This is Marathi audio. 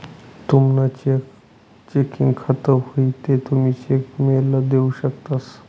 तुमनं चेकिंग खातं व्हयी ते तुमी चेक मेल देऊ शकतंस